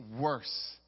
worse